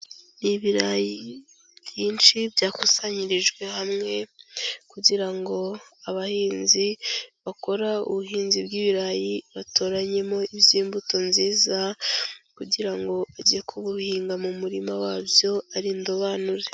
Ibirayi byinshi byakusanyirijwe hamwe kugira ngo abahinzi bakora ubuhinzi bw'ibirayi batoranyemo iby'imbuto nziza, kugira ngo bajye kubuhinga mu murima wabyo ari indobanure.